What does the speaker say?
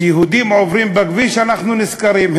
כשיהודים עוברים בכביש אנחנו נזכרים,